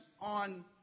on